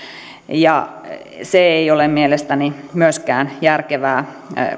se ei ole mielestäni myöskään järkevää